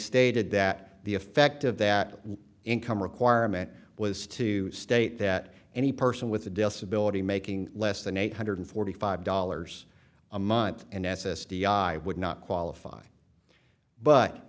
stated that the effect of that income requirement was to state that any person with a disability making less than eight hundred forty five dollars a month in s s d i would not qualify but